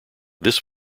this